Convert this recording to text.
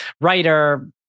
writer